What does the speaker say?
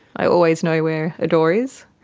i always know where a door is.